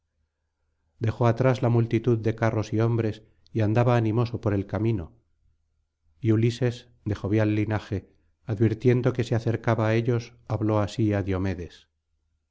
dejó atrás la multitud de carros y hombres y andaba animoso por el camino y ulises de jovial linaje advirtiendo que se acercaba á ellos habló así á diomedes